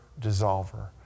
Dissolver